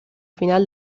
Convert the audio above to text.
final